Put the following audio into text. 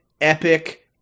epic